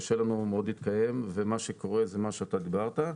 קשה לנו מאוד להתקיים ומה שקורה זה מה שאתה דיברת.